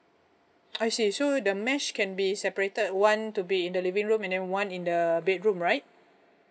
I see so the mesh can be separated one to be in the living room and then one in the bedroom right